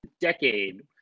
decade